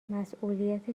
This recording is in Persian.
مسئولیت